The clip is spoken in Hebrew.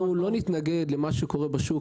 אנחנו לא נתנגד למה שקורה בשוק,